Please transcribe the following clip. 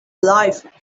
life